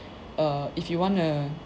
err if you wanna